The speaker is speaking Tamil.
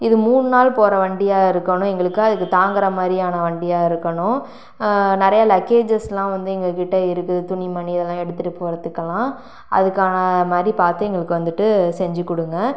இது மூணு நாள் போகிற வண்டியாக இருக்கணும் எங்களுக்கு அதுக்கு தாங்குகிற மாதிரியான வண்டியாக இருக்கணும் நிறைய லக்கேஜஸெலாம் வந்து எங்கள்கிட்ட இருக்குது துணிமணி இதெல்லாம் எடுத்துகிட்டு போகிறதுக்குல்லாம் அதுக்கான மாதிரி பார்த்து எங்களுக்கு வந்துட்டு செஞ்சு கொடுங்க